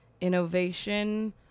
Innovation